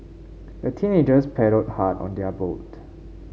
the teenagers paddled hard on their boat